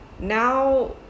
now